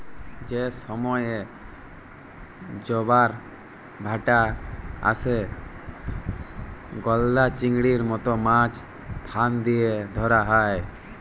যে সময়ে জবার ভাঁটা আসে, গলদা চিংড়ির মত মাছ ফাঁদ দিয়া ধ্যরা হ্যয়